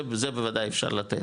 זה בוודאי אפשר לתת.